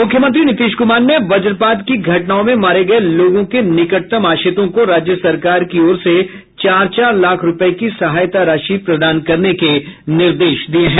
मुख्यमंत्री नीतीश कुमार ने वज्रपात की घटनाओं में मारे गये लोगों के निकटतम आश्रितों को राज्य सरकार की ओर से चार चार लाख रूपये की सहायता राशि प्रदान करने के निर्देश दिये हैं